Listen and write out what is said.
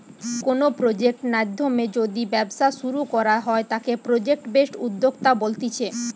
কোনো প্রজেক্ট নাধ্যমে যদি ব্যবসা শুরু করা হয় তাকে প্রজেক্ট বেসড উদ্যোক্তা বলতিছে